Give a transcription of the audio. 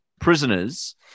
prisoners